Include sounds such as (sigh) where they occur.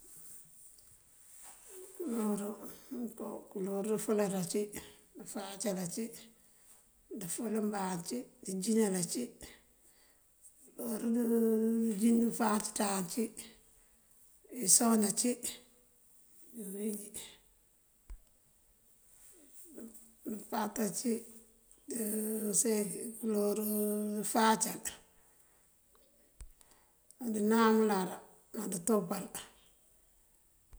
Kuloor mënko, kuloor dëfëlal ací, dëfáacal ací, ndëfël mbáan ací, ndëjinal ací, kuloor (hesitation) dënjin fáacëţan ací, isoon ací dí bewínjí, (hesitation) mëmpáţ ací dë (hesitation) iseeki kuloor (hesitation) dëfáacal, ná dënáam uloorá, ná dëtopal.